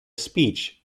speech